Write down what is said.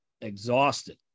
exhausted